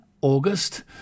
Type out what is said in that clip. August